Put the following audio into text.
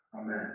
Amen